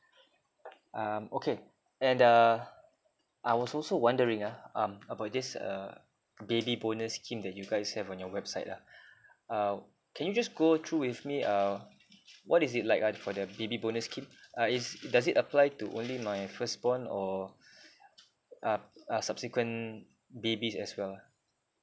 um okay and uh I was also wondering ah um about this uh baby bonus scheme that you guys have on your website ah uh can you just go through with me uh what is it like uh for the baby bonus scheme uh is does it apply to only my first born or uh uh subsequent babies as well